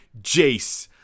Jace